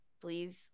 please